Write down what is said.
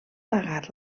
pagar